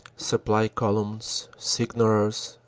supply columns, signallers,